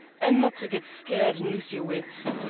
and not to get skeered and lose your wits.